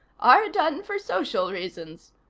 are done for social reasons.